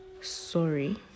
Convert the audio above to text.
Sorry